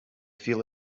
feel